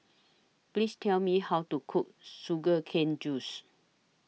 Please Tell Me How to Cook Sugar Cane Juice